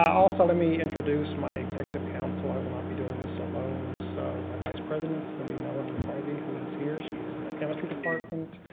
also let me introduce my executive council. i will not be doing this alone. so, my vice president will be melanie harvey, who is here. she is in the chemistry department.